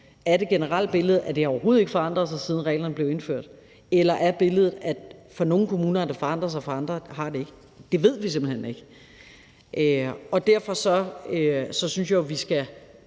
Er det generelle billede, at det overhovedet ikke har forandret sig, siden reglerne blev indført, eller er billedet, at det for nogle kommuner har forandret sig og for andre har det ikke? Vi ved det simpelt hen ikke. Jeg mener sådan set, at grebet